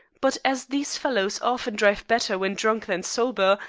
but as these fellows often drive better when drunk than sober,